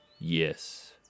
Yes